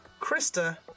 Krista